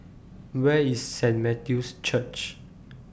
Where IS Saint Matthew's Church